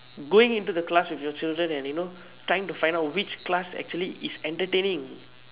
going into the class with your children and you know trying to find out which class is actually entertaining